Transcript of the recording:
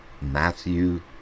Matthew